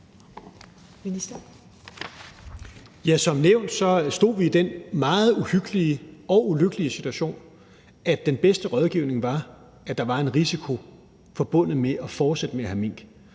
Som nævnt stod vi i den meget uhyggelige og ulykkelige situation, at den bedste rådgivning var, at der var en risiko forbundet med at fortsætte med at have mink.